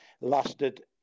lasted